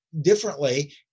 differently